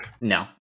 No